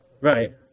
Right